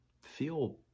feel